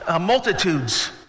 Multitudes